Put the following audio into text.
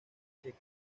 checo